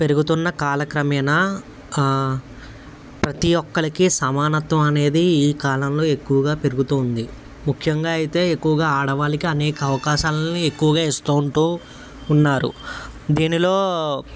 పెరుగుతున్న కాల క్రమేణా ప్రతీ ఒక్కరికి సమానత్వం అనేది ఈ కాలంలో ఎక్కువుగా పెరుగుతూ ఉంది ముఖ్యంగా అయితే ఎక్కువుగా ఆడ వాళ్ళకి అనేక అవకాశాలను ఇస్తుంటూ ఉన్నారు దీనిలో